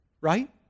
right